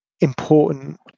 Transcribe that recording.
important